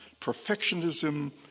perfectionism